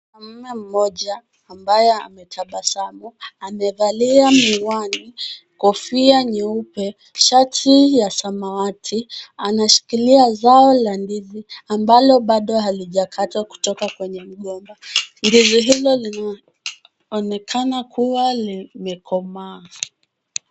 Mwanaume mmoja ambaye ametabasamu, amevalia miwani, kofia nyeupe, shati ya samawati, anashikilia zao la ndizi ambalo bado halijakatwa kutoka kwenye mgomba. Ndizi hilo linaonekana kuwa limekomaa.